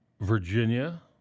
Virginia